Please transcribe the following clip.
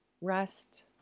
rest